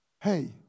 hey